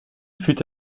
fut